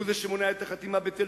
הוא זה שמונע את החתימה בתל-ציון,